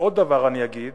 עוד דבר אני אגיד,